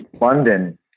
London